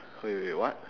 wait wait wait what